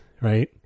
right